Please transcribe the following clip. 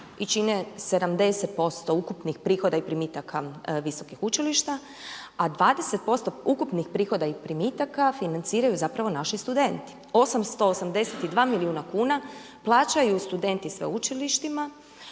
i čine 70% ukupnih prihoda i primitaka visokih učilišta, a 20% ukupnih prihoda i primitaka financiraju zapravo naši studenti. 882 milijuna kuna plaćaju studenti sveučlištima